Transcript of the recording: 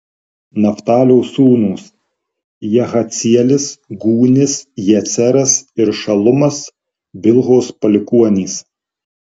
naftalio sūnūs jahacielis gūnis jeceras ir šalumas bilhos palikuonys